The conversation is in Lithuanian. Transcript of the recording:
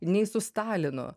nei su stalinu